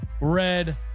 red